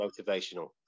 motivational